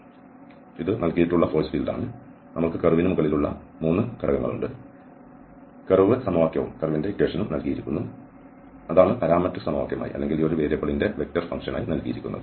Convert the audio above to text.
അതിനാൽ ഇത് നൽകിയിട്ടുള്ള ഫോഴ്സ് ഫീൽഡ് ആണ് നമ്മൾക്ക് കർവിന് മുകളിലുള്ള 3 ഘടകങ്ങൾ ഉണ്ട് കർവ് സമവാക്യവും നൽകിയിരിക്കുന്നു അതാണ് പാരാമട്രിക് സമവാക്യം അല്ലെങ്കിൽ ഈ ഒരു വേരിയബിളിന്റെ വെക്റ്റർ ഫംഗ്ഷൻ നൽകിയിരിക്കുന്നു